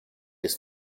des